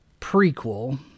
prequel